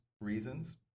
reasons